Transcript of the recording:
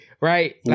right